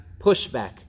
pushback